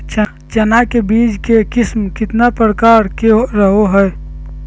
चना के बीज के किस्म कितना प्रकार के रहो हय?